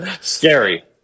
scary